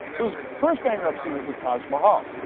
so his first bankruptcy was the taj mahal,